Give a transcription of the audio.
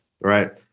Right